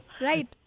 Right